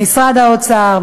משרד האוצר,